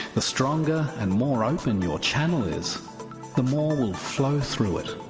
the stronger and more open your channel is the more will flow through it.